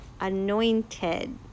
anointed